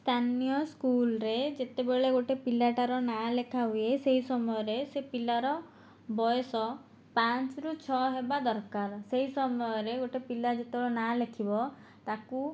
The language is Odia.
ସ୍ଥାନୀୟ ସ୍କୁଲ୍ରେ ଯେତେବେଳେ ଗୋଟିଏ ପିଲାଟାର ନାଁ ଲେଖା ହୁଏ ସେହି ସମୟରେ ସେ ପିଲାର ବୟସ ପାଞ୍ଚରୁ ଛଅ ହେବା ଦରକାର ସେହି ସମୟରେ ଗୋଟିଏ ପିଲା ଯେତେବେଳେ ନାଁ ଲେଖିବ ତାକୁ